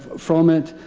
from it.